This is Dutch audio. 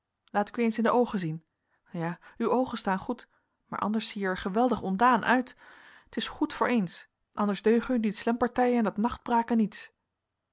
laat ik u eens in de pogen zien ja uw oogen staan goed maar anders zie je er geweldig ontdaan uit t is goed voor eens anders deugen u die slemppartijen en dat nachtbraken niets